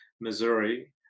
missouri